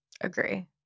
Agree